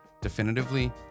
definitively